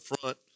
front